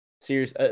Serious